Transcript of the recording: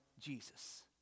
Jesus